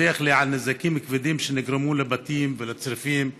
דיווח לי על נזקים כבדים שנגרמו לבתים ולצריפים.